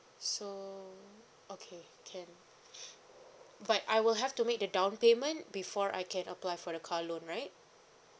so okay can but I will have to make the down payment before I can apply for the car loan right